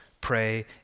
pray